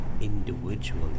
individually